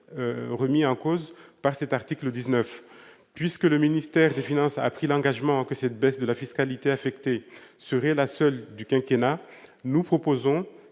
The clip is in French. remis en cause par cet article 19. Puisque le ministère des finances a pris l'engagement que cette baisse de la fiscalité affectée serait la seule du quinquennat, nous proposons